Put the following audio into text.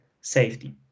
safety